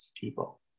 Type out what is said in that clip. people